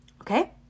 Okay